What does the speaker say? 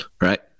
Right